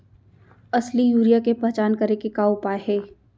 असली यूरिया के पहचान करे के का उपाय हे?